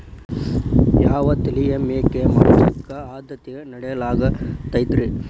ಯಾವ ತಳಿಯ ಮೇಕೆ ಮಾಂಸಕ್ಕ, ಆದ್ಯತೆ ನೇಡಲಾಗತೈತ್ರಿ?